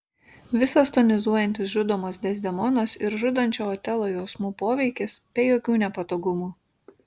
visas tonizuojantis žudomos dezdemonos ir žudančio otelo jausmų poveikis be jokių nepatogumų